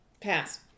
Pass